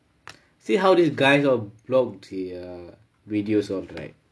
see how these guys all blogged their videos alright